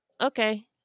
okay